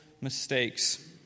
mistakes